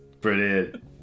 Brilliant